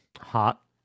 Hot